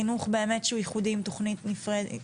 זה חינוך באמת שהוא ייחודי עם תכנית נפרדת,